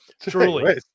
Truly